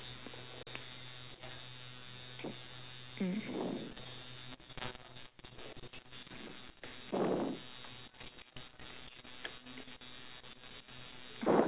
mm